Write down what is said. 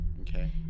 Okay